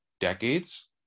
decades